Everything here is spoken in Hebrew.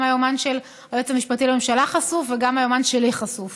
גם היומן של היועץ המשפטי לממשלה חשוף וגם היומן שלי חשוף.